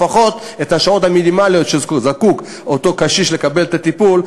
לפחות את השעות המינימליות שבהן זקוק אותו קשיש לקבל טיפול,